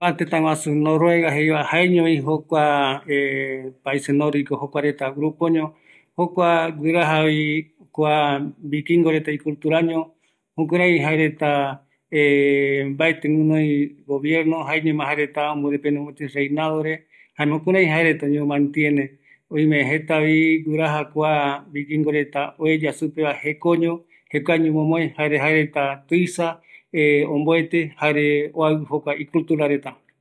Kua tëtä jaeñovi nordico jei supeva, kua guiraja kua iyɨpɨ reta jekoño, jaeko vikingo reta oeya jeko supeva reta, jaeramo jae reta omboete, oaɨu kua iyɨpɨ reta oeya supeva, jare jekuaeño oesauka reta